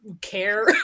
care